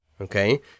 okay